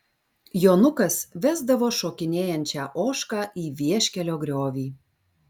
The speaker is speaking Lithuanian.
jonukas vesdavo šokinėjančią ožką į vieškelio griovį